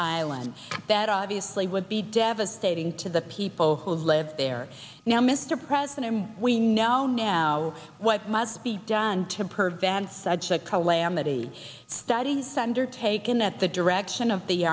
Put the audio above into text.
island that obviously would be devastating to the people who live there now mr president and we know now what must be done to prevent such a calamity study center taken at the direction of the